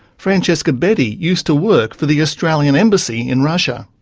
francesca beddie used to work for the australian embassy in russia.